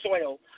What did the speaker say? soil